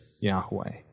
Yahweh